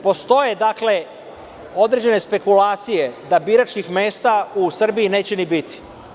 Postoje određene špekulacije da biračkih mesta u Srbiji neće ni biti.